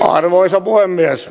arvoisa puhemies